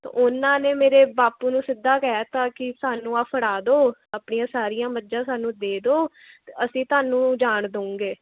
ਉਹਨਾਂ ਨੇ ਮੇਰੇ ਬਾਪੂ ਨੂੰ ਸਿੱਧਾ ਕਹਿ ਤਾਂ ਕਿ ਸਾਨੂੰ ਆਹ ਫੜਾ ਦਿਓ ਆਪਣੀਆਂ ਸਾਰੀਆਂ ਮੱਝਾਂ ਸਾਨੂੰ ਦੇ ਦਿਓ ਅਸੀਂ ਤੁਹਾਨੂੰ ਜਾਣ ਦੇਵਾਂਗੇ